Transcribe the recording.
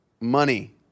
Money